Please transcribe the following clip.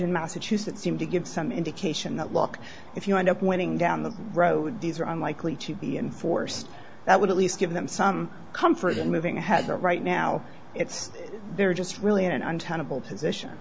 in massachusetts seemed to give some indication that look if you end up winning down the road these are unlikely to be enforced that would at least give them some comfort in moving ahead there right now it's they're just really in an untenable position